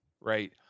right